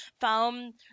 found